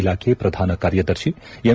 ಇಲಾಖೆ ಪ್ರಧಾನ ಕಾರ್ಯದರ್ಶಿ ಎಂ